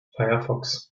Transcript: firefox